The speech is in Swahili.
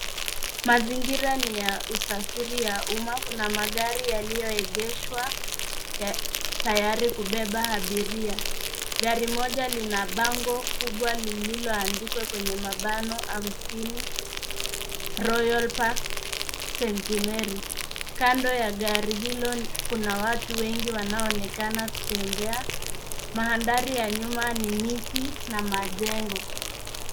Mazingira ni ya usafiri ya umma. Kuna magari yalioegeshwa tayari kubeba abiria. Gari moja lina bango kubwa lililoandikwa kwenye mabano hamsini, Royal park, St. Marys. Kando ya gari hilo kuna watu wengi wanaoonekana kutembea. Mandhari ya nyuma ni miti na majengo.